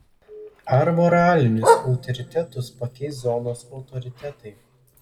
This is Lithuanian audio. ar moralinius autoritetus pakeis zonos autoritetai